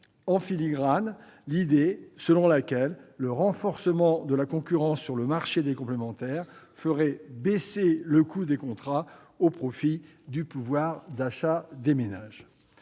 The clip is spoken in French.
En filigrane, il y a l'idée selon laquelle le renforcement de la concurrence sur le marché des complémentaires ferait baisser le coût des contrats au profit du pouvoir d'achat des ménages.